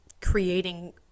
creating